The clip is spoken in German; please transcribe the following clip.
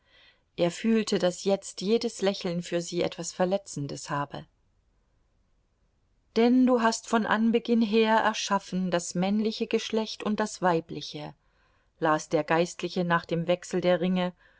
er fühlte daß jetzt jedes lächeln für sie etwas verletzendes habe denn du hast von anbeginn her erschaffen das männliche geschlecht und das weibliche las der geistliche nach dem wechsel der ringe